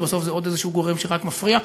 אבל בסוף זה עוד איזשהו גורם שרק מפריע,